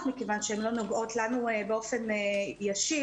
מכיוון שהן לא נוגעות לנו באופן ישיר,